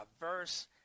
diverse